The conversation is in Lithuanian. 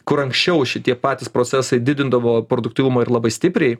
kur anksčiau šitie patys procesai didindavo produktyvumą ir labai stipriai